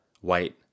white